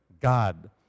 God